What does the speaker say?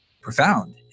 profound